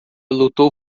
lutou